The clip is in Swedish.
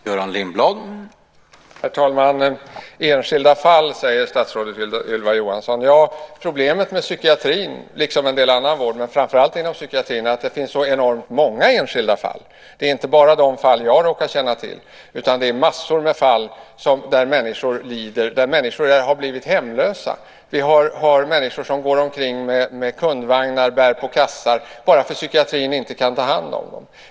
Herr talman! Enskilda fall, säger statsrådet Ylva Johansson. Problemet med psykiatrin liksom med en del annan vård, men framför allt där, är att det finns så enormt många enskilda fall. Det är inte bara de fall som jag råkar känna till, utan det finns massor med fall där människor lider och har blivit hemlösa. Vi har människor som går omkring med kundvagnar och bär på kassar bara för att psykiatrin inte kan ta hand om dem.